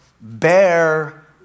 Bear